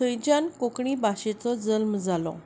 थंयच्यान कोंकणी भाशेचो जल्म जालो